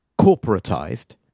corporatized